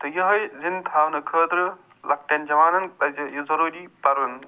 تہٕ یِہوٚے زِنٛدٕ تھاونہٕ خٲطرٕ لۄکٹٮ۪ن جوانن پَزِ یہِ ضٔروٗری پَرُن